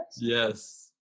Yes